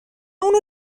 اونو